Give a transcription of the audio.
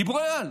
גיבורי-על.